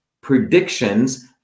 predictions